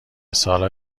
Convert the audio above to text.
سالها